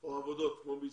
או עבודות כמו בישראל.